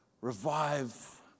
revive